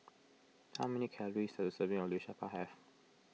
how many calories does a serving of Liu Sha Bao have